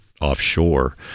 offshore